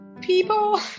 people